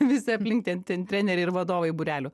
visi aplink ten ten treneriai ir vadovai būrelių